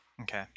Okay